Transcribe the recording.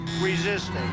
resisting